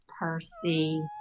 Percy